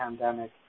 pandemic